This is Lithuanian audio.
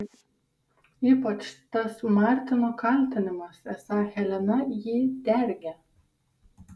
ypač tas martino kaltinimas esą helena jį dergia